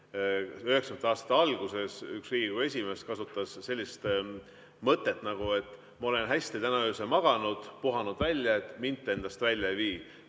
1990. aastate alguses üks Riigikogu esimees kasutas sellist mõtet, et ma olen hästi täna öösel maganud, puhanud välja, mind te endast välja ei vii.